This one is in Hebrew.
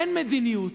אין מדיניות.